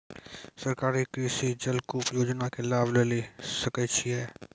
सरकारी कृषि जलकूप योजना के लाभ लेली सकै छिए?